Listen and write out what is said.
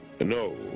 No